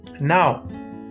Now